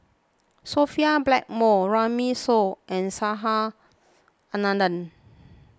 Sophia Blackmore Runme Shaw and Subhas Anandan